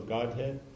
Godhead